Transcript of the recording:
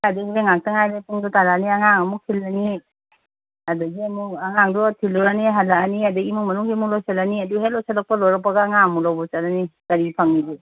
ꯀꯥꯏꯗꯦꯅꯣꯗ ꯉꯥꯛꯇ ꯉꯥꯏꯔꯦ ꯄꯨꯡꯁꯨ ꯇꯥꯔꯛꯑꯅꯤ ꯑꯉꯥꯡ ꯑꯃꯨꯛ ꯊꯤꯜꯂꯅꯤ ꯑꯗꯒꯤ ꯑꯃꯨꯛ ꯑꯉꯥꯡꯗꯣ ꯊꯤꯜꯂꯨꯔꯅꯤ ꯍꯟꯂꯝꯑꯅꯤ ꯑꯗꯩ ꯏꯃꯨꯡ ꯃꯅꯨꯡꯒꯤ ꯑꯃꯨꯛ ꯂꯣꯏꯁꯜꯂꯅꯤ ꯑꯗꯨ ꯍꯦꯛ ꯂꯣꯏꯁꯜꯂꯛꯄ ꯂꯣꯏꯔꯛꯄꯒ ꯑꯉꯥꯡ ꯑꯃꯨꯛ ꯂꯧꯕ ꯆꯠꯂꯅꯤ ꯀꯔꯤ ꯁꯪꯏꯒꯦ